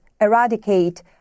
eradicate